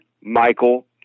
Michael